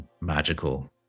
magical